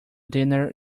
dinner